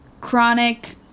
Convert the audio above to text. chronic